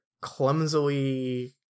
clumsily